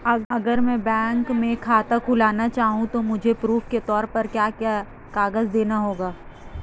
अगर मैं बैंक में खाता खुलाना चाहूं तो मुझे प्रूफ़ के तौर पर क्या क्या कागज़ देने होंगे?